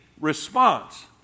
response